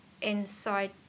inside